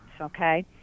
okay